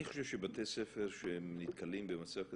אני חושב שבתי ספר שנתקלים במצב כזה,